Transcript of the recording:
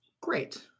great